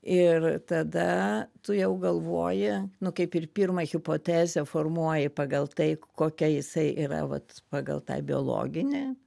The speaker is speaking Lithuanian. ir tada tu jau galvoji nu kaip ir pirmą hipotezę formuoji pagal tai kokia jisai yra vat pagal tą biologinį